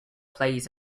plays